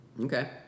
Okay